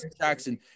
Jackson